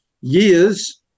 years